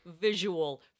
visual